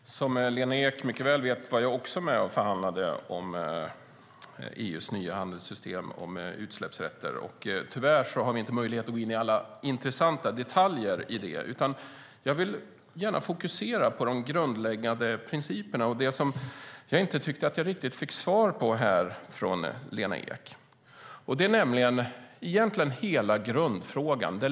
Fru talman! Som Lena Ek mycket väl vet var jag också med och förhandlade om EU:s nya handelssystem för utsläppsrätter. Tyvärr har vi inte möjlighet att gå in i alla intressanta detaljer i det. Jag vill gärna fokusera på de grundläggande principerna och sådant som jag inte tyckte att jag riktigt fick svar på här. Det gäller egentligen själva grundfrågan.